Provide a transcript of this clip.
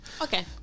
okay